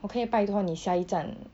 我可以拜托你下一站